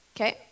okay